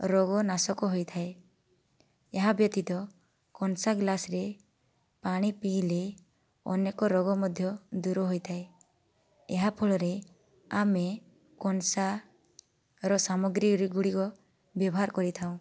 ରୋଗ ନାଶକ ହୋଇଥାଏ ଏହାବ୍ୟତୀତ କଂସା ଗ୍ଲାସରେ ପାଣି ପିଇଲେ ଅନେକ ରୋଗ ମଧ୍ୟ ଦୂର ହୋଇଥାଏ ଏହାଫଳରେ ଆମେ କଂସାର ସାମଗ୍ରୀ ଗୁଡ଼ିକ ବ୍ୟବହାର କରିଥାଉ